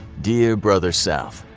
dear brother south,